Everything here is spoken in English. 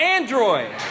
Android